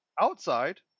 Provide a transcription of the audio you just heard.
Outside